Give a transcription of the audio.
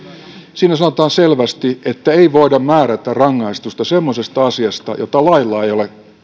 siinä sanotaan selvästi että ei voida määrätä rangaistusta semmoisesta asiasta jota lailla ei ole